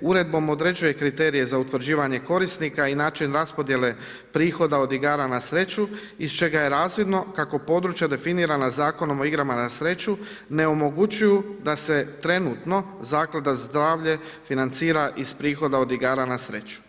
uredbom određuje kriterije za utvrđivanje korisnika i način raspodjele prihoda od igara na sreću iz čega je razvidno kako područje definirana zakonom o igrama na sreću ne omogućuju da se trenutno zaklada zdravlje financira iz prihoda od igara na sreću.